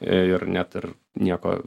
ir net ir nieko